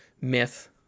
myth